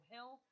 Hill